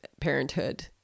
parenthood